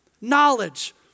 Knowledge